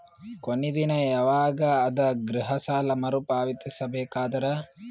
ಕೊನಿ ದಿನ ಯವಾಗ ಅದ ಗೃಹ ಸಾಲ ಮರು ಪಾವತಿಸಬೇಕಾದರ?